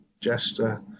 Jester